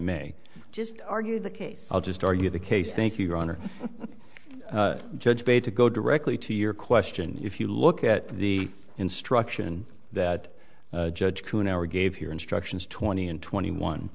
may just argue the case i'll just argue the case thank you your honor judge bay to go directly to your question if you look at the instruction that judge who never gave your instructions twenty and twenty one